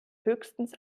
höchstens